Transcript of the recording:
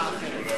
הצעה אחרת.